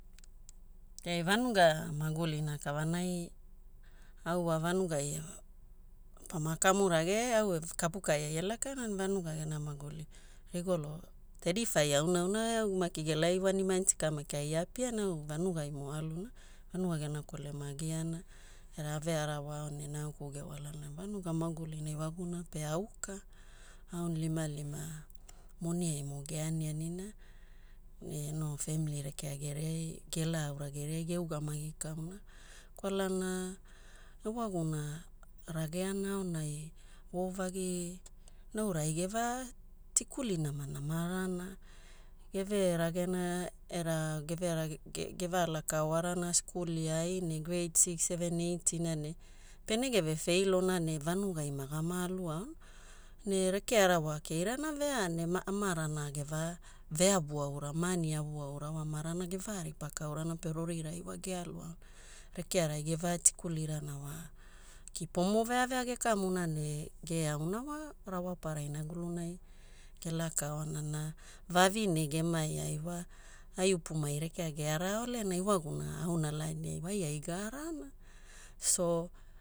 Ne vanuga magulina kavanai, au wa vanugai pama kwamurage e au e kapu ka'ai ai alakana na vanuga gena maguli rigolo tedifai auna'auna e au maki gelai wani manti ka maki ai a'apiana au vanugaimo a'aluna, vanuga gena kolemana agia'ana era ave arawao ne nauku gewalana. Vanuga magulina ewaguna pe auka, aunilimalima moiniaimo geanianina ne no family rekea geriai gela aura geriai geugamagi kauna kwalana ewaguna rageana aonai vo'ovagi no era ai geva tikuli namanama rana. Geve ragena era geverage gevalakaoarana skuli ai ne grade six, seven eighti na ne pene geve feilo na ne vanugai ma gama aluaona. Ne rekeara wa keirana vea ne amarana geva veavu aura, ma'ani avuaura wa amarana geva ripa kaurana pe rorinai wa gealuaona. Rekeara ai geva tikulirana wa kipomo veavea gekamuna ne geauna wa rawapara inagulunai gelakoana ne navavine gemai ai wa, upumai rekea geara'aole ne iwaguna auna laini ai wa ai aiga'arana. So